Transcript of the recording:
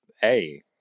hey